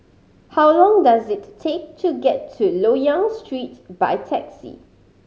how long does it take to get to Loyang Street by taxi